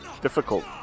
difficult